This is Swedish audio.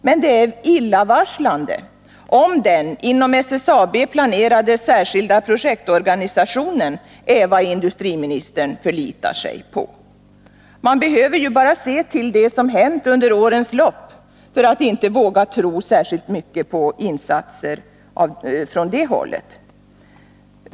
Men det är illavarslande om den inom SSAB planerade särskilda projektorganisationen är vad industriministern förlitar sig på. Man behöver ju bara se till det som hänt under årens lopp för att inte våga tro särskilt mycket på insatser från det hållet.